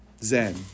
Zen